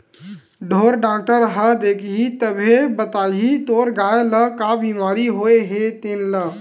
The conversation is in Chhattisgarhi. ढ़ोर डॉक्टर ह देखही तभे बताही तोर गाय ल का बिमारी होय हे तेन ल